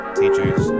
teachers